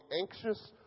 anxious